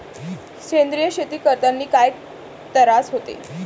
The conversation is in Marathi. सेंद्रिय शेती करतांनी काय तरास होते?